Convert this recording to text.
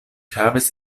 havis